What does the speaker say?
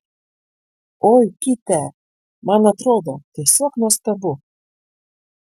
oi kitę man atrodo tiesiog nuostabu